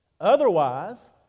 Otherwise